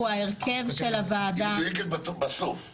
ההרכב של הוועדה ------ היא מדויקת בסוף.